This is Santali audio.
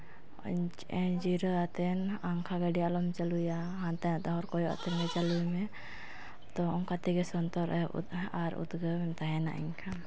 ᱡᱤᱨᱟᱹᱣ ᱠᱟᱛᱮᱫ ᱟᱱᱠᱷᱟ ᱜᱟᱹᱰᱤ ᱟᱞᱚᱢ ᱪᱟᱹᱞᱩᱭᱟ ᱦᱟᱱᱛᱮ ᱱᱟᱛᱮ ᱦᱚᱲ ᱠᱚᱭᱚᱜ ᱠᱟᱛᱮᱫ ᱪᱟᱹᱞᱩᱭ ᱢᱮ ᱛᱚ ᱚᱱᱠᱟ ᱛᱮᱜᱮ ᱥᱚᱱᱛᱚᱨ ᱮᱦᱚᱵᱚᱜᱼᱟ ᱟᱨ ᱩᱫᱽᱜᱟᱹᱣᱮᱢ ᱛᱟᱦᱮᱱᱟ ᱮᱱᱠᱷᱟᱱ